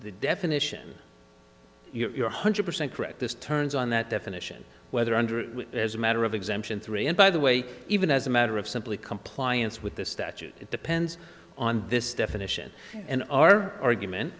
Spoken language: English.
the definition your hundred percent correct this turns on that definition whether under as a matter of exemption three and by the way even as a matter of simply compliance with the statute it depends on this definition and our argument